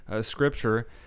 scripture